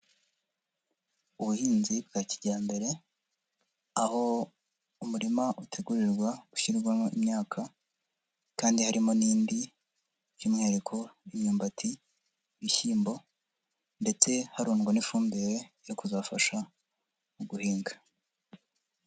Ubuhinzi bwa kijyambere aho umurima utegurirwa gushyirwamo imyaka kandi harimo n'indi, by'umwihariko imyumbati, ibishyimbo ndetse harundwa n'ifumbire yo kuzafasha mu guhinga.